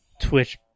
Twitch